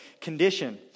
condition